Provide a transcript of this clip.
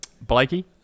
Blakey